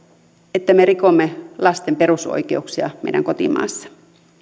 että me rikomme lasten perusoikeuksia meidän kotimaassa